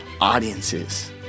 audiences